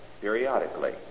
periodically